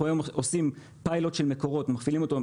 אנחנו היום עושים פיילוט של מקורות ומפעילים אותו,